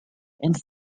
and